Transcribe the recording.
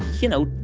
you know,